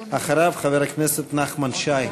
אחריו, חבר הכנסת נחמן שי.